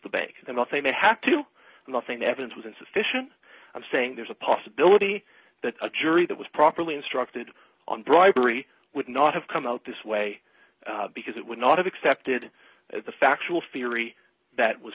the bank and what they may have to do nothing evidence was insufficient i'm saying there's a possibility that a jury that was properly instructed on bribery would not have come out this way because it would not have accepted the factual fieri that was